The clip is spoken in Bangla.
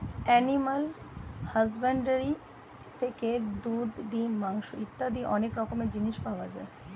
অ্যানিমাল হাসব্যান্ডরি থেকে দুধ, ডিম, মাংস ইত্যাদি অনেক রকমের জিনিস পাওয়া যায়